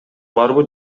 барбы